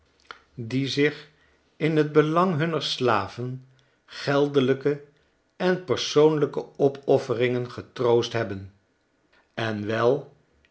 die zich in t belang hunner slaven geldelijke en persoonlijke opofferingen getroost hebben en wel